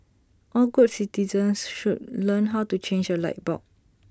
all good citizens should learn how to change A light bulb